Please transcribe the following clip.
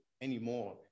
anymore